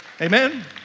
Amen